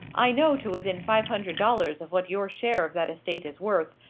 i know to within five hundred dollars of what your share of that estate is worth,